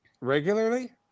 regularly